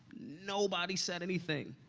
nobody said anything.